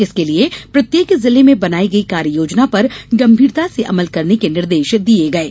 इसके लिए प्रत्येक जिले में बनाई गई कार्य योजना पर गंभीरता से अमल करने के निर्देश दिए गए हैं